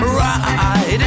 ride